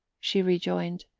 she rejoined,